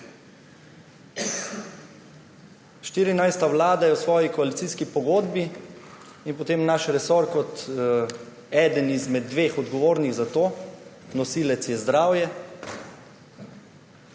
14. Vlada je v svoji koalicijski pogodbi − naš resor je eden izmed dveh odgovornih za to, nosilec je zdravje